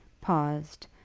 paused